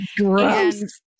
Gross